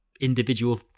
individual